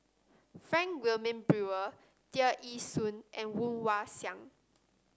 Frank Wilmin Brewer Tear Ee Soon and Woon Wah Siang